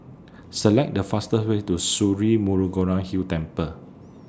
Select The fastest Way to Sri Murugan Hill Temple